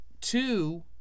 Two